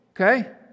okay